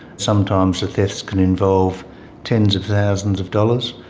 sometimes the thefts can involve tens of thousands of dollars.